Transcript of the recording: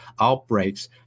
outbreaks